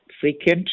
frequent